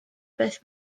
beth